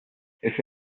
ese